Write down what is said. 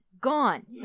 gone